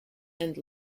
and